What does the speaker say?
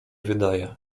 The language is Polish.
wydaje